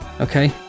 okay